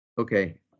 Okay